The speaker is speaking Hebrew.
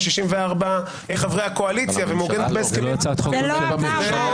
64 חברי הקואליציה ומעוגנת בהסכמים --- זה לא עבר.